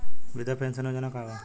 वृद्ध पेंशन योजना का बा?